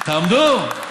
תעמדו.